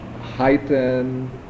heighten